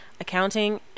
accounting